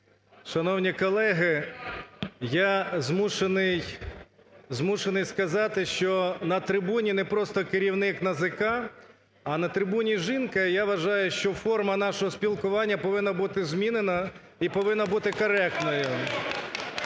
Шановні колеги! Я змушений сказати, що на трибуні не просто керівник НАЗК, а на трибуні жінка. І я вважаю, що форма нашого спілкування повинна бути змінена і повинна бути коректною